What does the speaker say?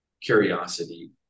curiosity